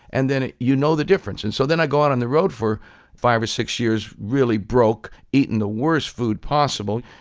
and then you know the difference and so i go out on the road for five or six years, really broke, eating the worst food possible.